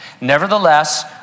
Nevertheless